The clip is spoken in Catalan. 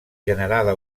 generada